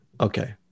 Okay